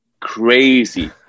crazy